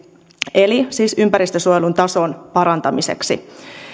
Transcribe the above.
eli ympäristönsuojelun tason parantamiseksi